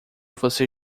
você